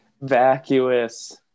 vacuous